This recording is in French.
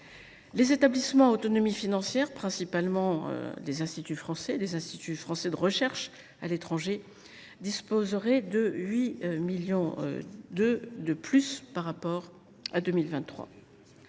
Les établissements à autonomie financière, principalement les Instituts français et les instituts français de recherche à l’étranger, disposeront de 8,2 millions d’euros de plus qu’en 2023.